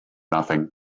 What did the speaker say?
nothing